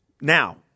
Now